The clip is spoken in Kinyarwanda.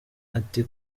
ati